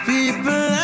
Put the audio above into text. People